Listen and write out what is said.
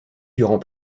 durant